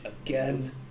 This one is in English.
again